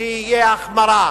שתהיה החמרה,